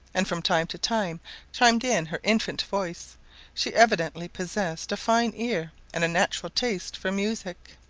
and from time to time chimed in her infant voice she evidently possessed a fine ear and natural taste for music.